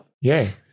Yay